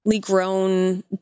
grown